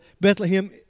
Bethlehem